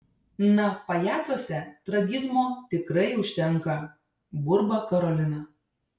na pajacuose tragizmo tikrai užtenka burba karolina